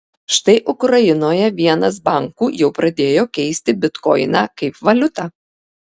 štai ukrainoje vienas bankų jau pradėjo keisti bitkoiną kaip valiutą